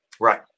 right